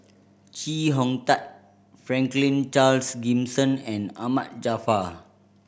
Chee Hong Tat Franklin Charles Gimson and Ahmad Jaafar